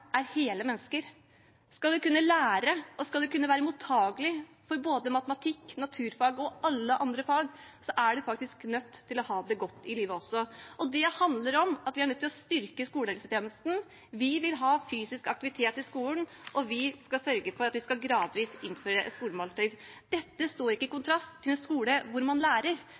er hele mennesker. Skal de kunne lære, og skal de kunne være mottagelige for både matematikk, naturfag og alle andre fag, er de faktisk nødt til å ha det godt i livet også. Det handler om at vi er nødt til å styrke skolehelsetjenesten, vi vil ha fysisk aktivitet i skolen, og vi skal sørge for at vi gradvis skal innføre et skolemåltid. Dette står ikke i kontrast til en skole hvor man lærer,